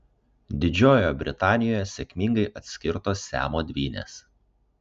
didžiojoje britanijoje sėkmingai atskirtos siamo dvynės